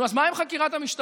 נו, אז מה עם חקירת המשטרה?